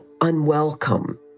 unwelcome